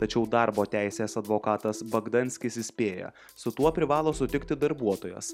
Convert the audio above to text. tačiau darbo teisės advokatas bagdanskis įspėja su tuo privalo sutikti darbuotojas